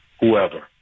whoever